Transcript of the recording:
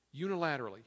unilaterally